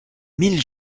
mille